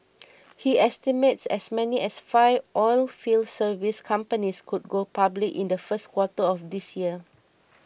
he estimates as many as five oilfield service companies could go public in the first quarter of this year